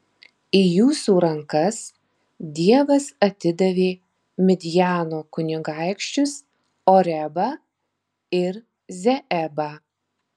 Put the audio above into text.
į jūsų rankas dievas atidavė midjano kunigaikščius orebą ir zeebą